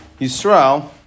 Yisrael